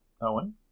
Owen